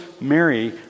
Mary